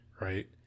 right